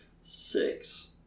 six